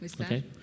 Okay